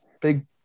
big